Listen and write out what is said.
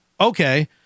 Okay